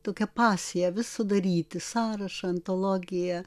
tokia pasija visa daryti sąrašą antologiją